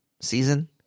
season